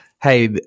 hey